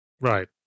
Right